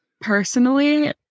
Personally